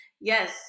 yes